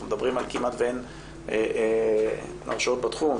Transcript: אנחנו מדברים על כמעט שאין הרשעות בתחום.